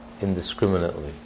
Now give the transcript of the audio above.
indiscriminately